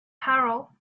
peril